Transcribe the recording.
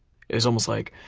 it was almost like